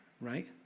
right